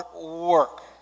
work